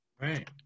Right